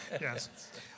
yes